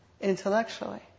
intellectually